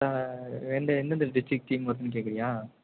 ரெண்டு எந்தந்த district team வருதுன்னு கேட்குறியா